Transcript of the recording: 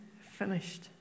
finished